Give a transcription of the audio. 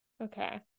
Okay